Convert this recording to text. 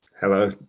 Hello